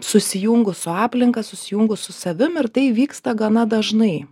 susijungus su aplinka susijungus su savim ir tai vyksta gana dažnai